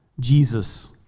Jesus